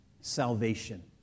salvation